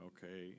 Okay